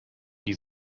die